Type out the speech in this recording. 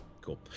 Cool